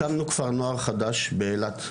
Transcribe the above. הקמנו כפר נוער חדש באילת.